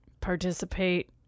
participate